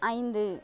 ஐந்து